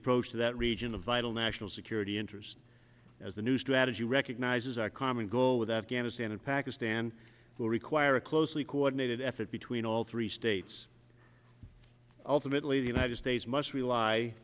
approach to that region a vital national security interest as the new strategy recognizes our common goal with afghanistan and pakistan will require a closely coordinated effort between all three states ultimately the united states must rely